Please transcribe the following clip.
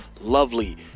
lovely